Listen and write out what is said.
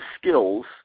skills